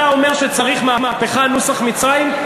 אתה אומר שצריך מהפכה נוסח מצרים?